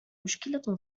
مشكلة